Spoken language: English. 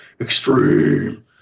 extreme